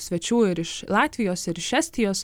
svečių ir iš latvijos ir iš estijos